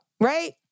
right